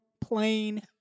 plain